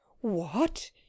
What